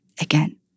again